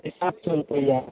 एकाध सओ रुपैआ